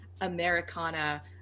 Americana